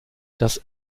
das